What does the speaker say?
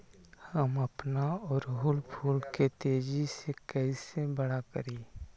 हम अपना ओरहूल फूल के तेजी से कई से बड़ा करी?